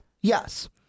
yes